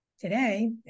Today